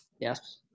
Yes